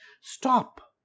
Stop